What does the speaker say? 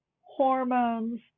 hormones